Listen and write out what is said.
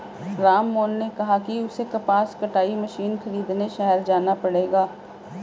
राममोहन ने कहा कि उसे कपास कटाई मशीन खरीदने शहर जाना पड़ेगा